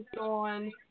on